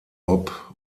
bob